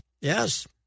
Yes